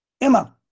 Emma